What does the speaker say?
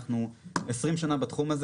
איי.